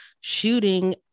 shooting